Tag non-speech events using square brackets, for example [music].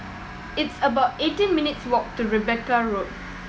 [noise] it's about eighteen minutes walk to Rebecca Road